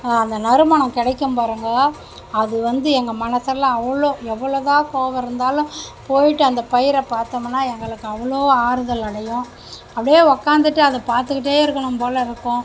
அந்த நறுமணம் கிடைக்கும் பாருங்க அது வந்து எங்கள் மனசெல்லாம் அவ்வளோ எவ்வளோ தான் கோவம் இருந்தாலும் போய்விட்டு அந்த பயிரை பார்த்தமுன்னா எங்களுக்கு அவ்வளோ ஆறுதல் அடையும் அப்படியே உக்காந்துட்டு அது பார்த்துகிட்டே இருக்கணும் போல் இருக்கும்